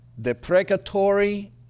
deprecatory